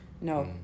no